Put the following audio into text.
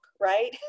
right